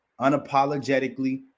unapologetically